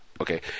Okay